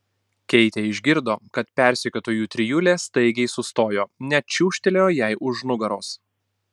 keitė išgirdo kad persekiotojų trijulė staigiai sustojo net čiūžtelėjo jai už nugaros